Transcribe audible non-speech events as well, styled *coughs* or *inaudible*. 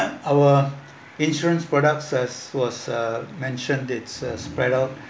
*coughs* our insurance products as was uh mentioned it's uh spread out